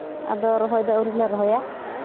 ᱟᱫᱚ ᱨᱚᱦᱚᱭ ᱫᱚ ᱟᱹᱣᱨᱤ ᱞᱮ ᱨᱚᱦᱚᱭᱟ